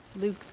Luke